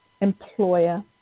employer